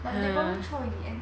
but they probably throw in the end